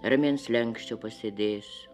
ramiai ant slenksčio pasėdėsiu